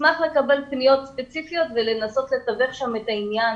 נשמח לקבל פניות ספציפיות ולנסות לתווך שם את העניין